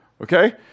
Okay